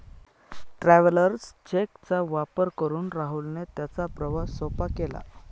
travellers cheque चा वापर करून राहुलने त्याचा प्रवास सोपा केला